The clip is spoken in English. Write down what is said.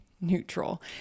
neutral